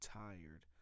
tired